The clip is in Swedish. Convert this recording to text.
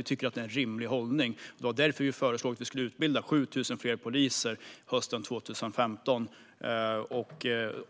Vi tycker att det är en rimlig hållning, och det var därför vi föreslog att man skulle utbilda 7 000 fler poliser hösten 2015 och även